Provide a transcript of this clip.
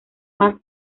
más